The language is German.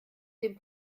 dem